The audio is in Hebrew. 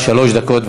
שלוש דקות.